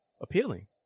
appealing